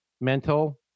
mental